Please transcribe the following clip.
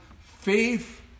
faith